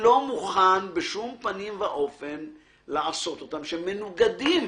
מוכן בשום פנים ואופן לעשות אותם ושהם מנוגדים